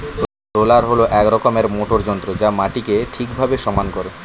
roller হল এক রকমের মোটর যন্ত্র যা মাটিকে ঠিকভাবে সমান করে